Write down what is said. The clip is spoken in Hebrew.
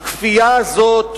הכפייה הזאת,